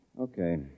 Okay